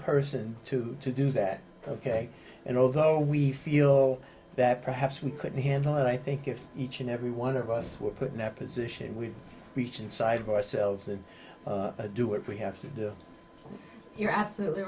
person to to do that ok and although we feel that perhaps we couldn't handle it i think if each and every one of us were put in that position we reach inside ourselves and do what we have to do you're absolutely